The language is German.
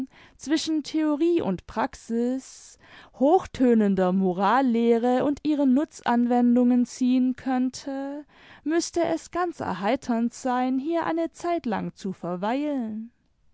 zwischen theorie und praxis hochtönender morallehre und ihren nutzanwendungen ziehen könnte müßte es ganz erheiternd sein hier eine zeitlang zu verweilen